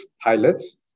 pilots